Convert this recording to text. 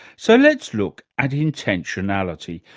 so let's look at intentionality.